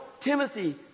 Timothy